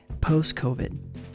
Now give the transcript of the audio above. post-COVID